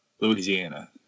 Louisiana